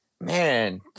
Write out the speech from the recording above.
man